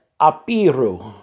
apiru